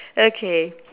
okay